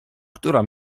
która